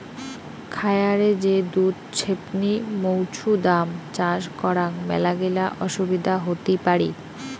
খায়ারে যে দুধ ছেপনি মৌছুদাম চাষ করাং মেলাগিলা অসুবিধা হতি পারি